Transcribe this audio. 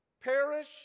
perish